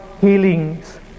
healings